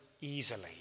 easily